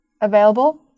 available